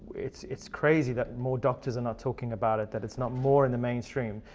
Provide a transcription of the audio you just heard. it's it's crazy that more doctors are not talking about it, that it's not more in the mainstream.